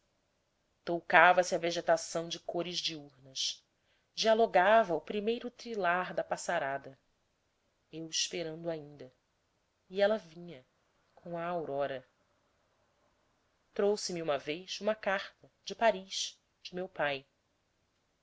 progredia toucava se a vegetação de cores diurnas dialogava o primeiro trilar da passarada eu esperando ainda e ela vinha com a aurora trouxe-me uma vez uma carta de paris de meu pai